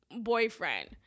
boyfriend